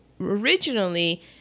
originally